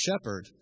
shepherd